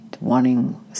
wanting